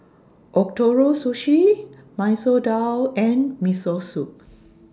Ootoro Sushi Masoor Dal and Miso Soup